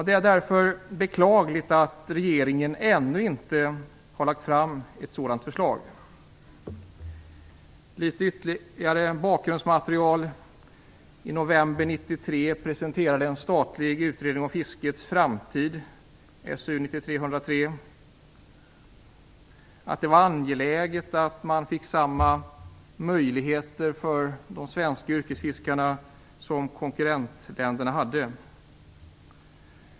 Det är därför beklagligt att regeringen ännu inte har lagt fram ett sådant förslag. 1993 presenterades en statlig utredning om fiskets framtid, SOU 1993:103, där det sades att det var angeläget med samma möjligheter för de svenska yrkesfiskarna som konkurrentländernas.